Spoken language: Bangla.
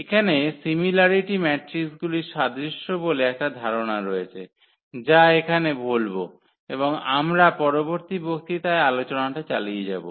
এখানে সিমিলারিটি ম্যাট্রিক্সগুলির সাদৃশ্য বলে একটা ধারনা রয়েছে যা এখানে বলব এবং আমরা পরবর্তী বক্তৃতায় আলোচনাটা চালিয়ে যাব